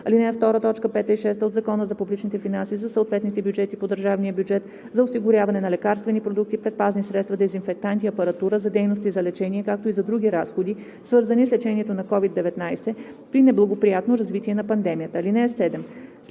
2, т. 5 и 6 от Закона за публичните финанси за съответните бюджети по държавния бюджет, за осигуряване на лекарствени продукти, предпазни средства, дезинфектанти, апаратура, за дейности за лечение, както и за други разходи, свързани с лечението на COVID-19, при неблагоприятно развитие на пандемията.